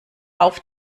auf